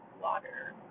water